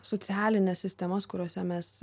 socialines sistemas kuriose mes